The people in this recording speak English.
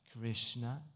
Krishna